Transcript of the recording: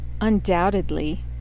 undoubtedly